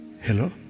Hello